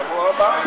שבוע הבא.